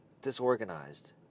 disorganized